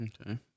Okay